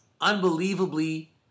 Unbelievably